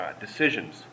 decisions